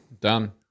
Done